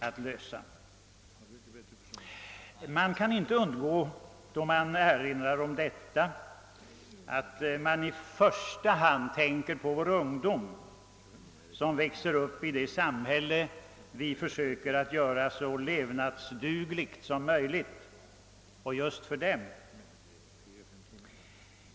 Då man erinrar om detta kan man inte undgå att i första hand tänka på de ungdomar som växer upp i det samhälle vi försöker att göra så levnads: dugligt som möjligt och just för dem.